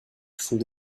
font